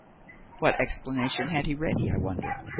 what explanation had he ready, i wonder?